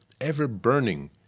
ever-burning